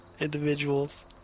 individuals